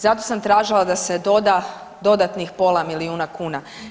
Zato sam tražila da se doda dodatnih pola milijuna kuna.